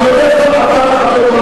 אני יודע שאתה מכבד כל הסכמה.